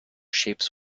shapes